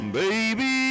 baby